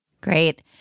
Great